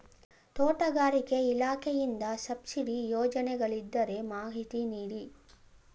ತೋಟಗಾರಿಕೆ ಇಲಾಖೆಯಿಂದ ಸಬ್ಸಿಡಿ ಯೋಜನೆಗಳಿದ್ದರೆ ಮಾಹಿತಿ ನೀಡಿ?